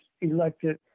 elected